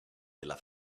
della